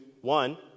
one